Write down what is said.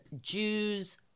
Jews